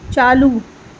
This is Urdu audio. چالو